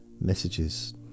messages